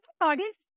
audience